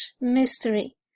mystery